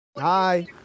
Hi